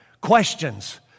questions